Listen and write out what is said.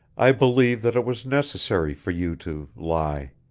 i believe that it was necessary for you to lie.